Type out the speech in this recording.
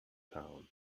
town